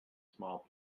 small